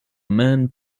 man